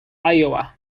iowa